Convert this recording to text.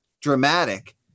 dramatic